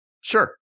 Sure